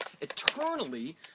eternally